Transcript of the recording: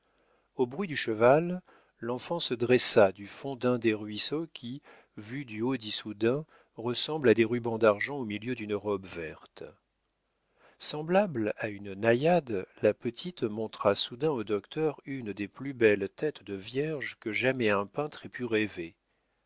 au bruit du cheval l'enfant se dressa du fond d'un des ruisseaux qui vus du haut d'issoudun ressemblent à des rubans d'argent au milieu d'une robe verte semblable à une naïade la petite montra soudain au docteur une des plus belles têtes de vierge que jamais un peintre ait pu rêver